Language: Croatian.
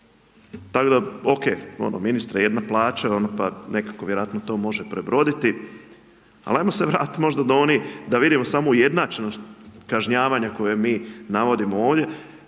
Tako da, ok, ministre, jedna plaća pa nekako vjerojatno to može prebroditi, ali ajmo se vratiti možda do onih, da vidimo samo ujednačenost kažnjavanja koje mi navodimo ovdje,